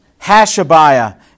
Hashabiah